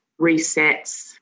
resets